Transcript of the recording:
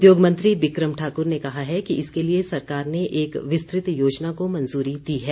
उद्योग मंत्री बिक्रम ठाकुर ने कहा है कि इसके लिए सरकार ने एक विस्तृत योजना को मंजूरी दी है